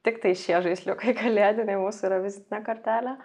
tiktai šie žaisliukai kalėdiniai mūsų yra vizitinė kortelė